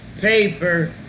paper